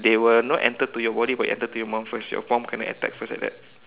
they will not enter to your body but they will enter to your mom first your mom kena attack first like that